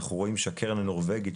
אנחנו רואים שהקרן הנורווגית,